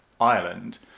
ireland